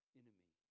enemy